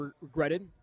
regretted